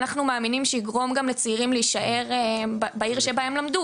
אנחנו מאמינים שיגרום גם לצעירים להישאר ולגור בעיר שבה הם למדו